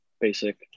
basic